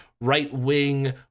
right-wing